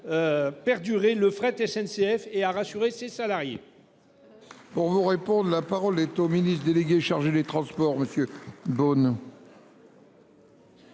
Perdurer le fret SNCF et à rassurer ses salariés.